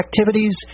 activities